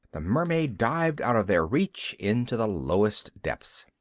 the mermaid dived out of their reach into the lowest depths.